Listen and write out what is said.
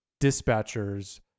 dispatchers